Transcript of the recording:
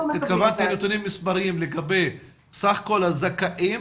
מקבלים את ה- -- התכוונתי לנתונים מספריים לגבי סך כל הזכאים